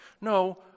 No